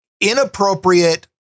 inappropriate